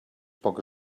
pocs